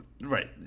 right